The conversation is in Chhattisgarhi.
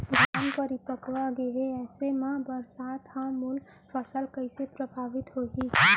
धान परिपक्व गेहे ऐसे म बरसात ह मोर फसल कइसे प्रभावित होही?